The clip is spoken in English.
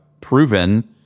proven